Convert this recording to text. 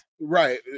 Right